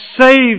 saved